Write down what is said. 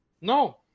No